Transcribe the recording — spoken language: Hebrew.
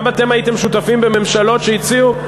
גם אתם הייתם שותפים בממשלות שהציעו.